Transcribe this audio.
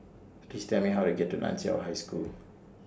Please Tell Me How to get to NAN Chiau High School